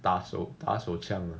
打手打手枪